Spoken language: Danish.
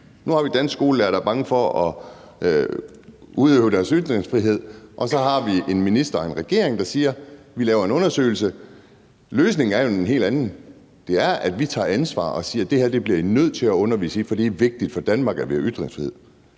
Nu har vi danske skolelærere, der er bange for at udøve deres ytringsfrihed, og så har vi en minister og en regering, der siger: Vi laver en undersøgelse. Men løsningen er jo en helt anden, nemlig at vi tager ansvar og siger: Det her bliver I nødt til at undervise i, for det er vigtigt for Danmark, at vi har ytringsfrihed.